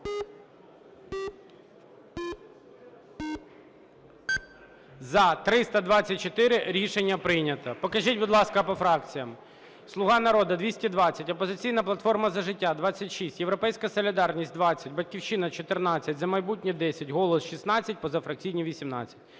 За-324 Рішення прийнято. Покажіть, будь ласка, по фракціям. "Слуга народу" - 220, "Опозиційна платформа - За життя" – 26, "Європейська солідарність" - 20, "Батьківщина" – 14, "За майбутнє" – 10, "Голос" – 16, позафракційні – 18.